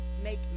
Make